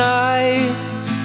nights